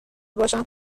باشم